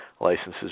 Licenses